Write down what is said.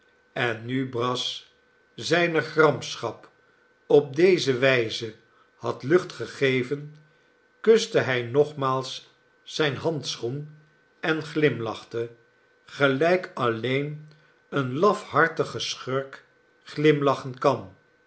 en nu brass zijne gramschap op deze wijze had lucht gegeven kuste hij nogmaals zijn handschoen en glimlachte gelijk alleen een lafhartige schurk glimlachen kan